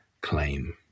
claim